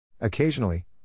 Occasionally